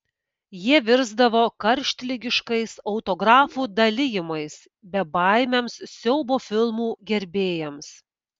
jie virsdavo karštligiškais autografų dalijimais bebaimiams siaubo filmų gerbėjams